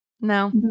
No